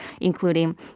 including